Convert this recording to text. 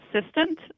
assistant